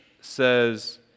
says